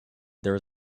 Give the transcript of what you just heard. there